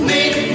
Meet